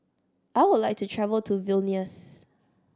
I would like to travel to Vilnius